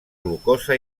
glucosa